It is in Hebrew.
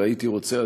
והייתי רוצה,